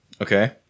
Okay